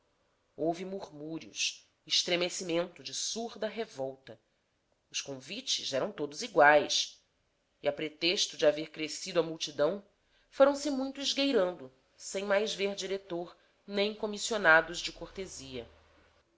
murmúrios estremecimento de surda revolta os convites eram todos iguais e a pretexto de haver crescido a multidão foram-se muitos esgueirando sem mais ver diretor nem comissionados de cortesia